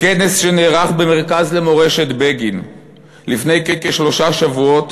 בכנס שנערך במרכז למורשת בגין לפני כשלושה שבועות